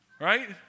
right